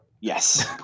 Yes